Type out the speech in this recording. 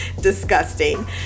disgusting